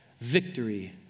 victory